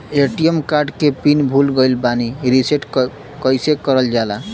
ATM card के pin भूला गइल बा रीसेट कईसे करल जाला?